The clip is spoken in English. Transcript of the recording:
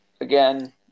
again